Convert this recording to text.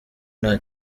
nta